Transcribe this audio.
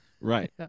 Right